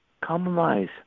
compromise